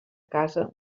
casa